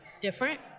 different